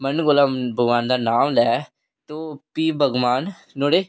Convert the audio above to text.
मन कोला भगवान दा नाम लै ते भी भगवान नुहाड़े